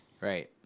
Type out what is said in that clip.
Right